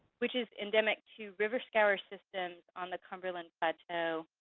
which is endemic to river scour systems on the cumberland plateau.